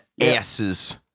asses